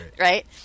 Right